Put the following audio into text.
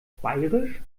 bairisch